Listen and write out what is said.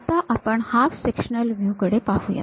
आता आपण half sectional view कडे पाहुयात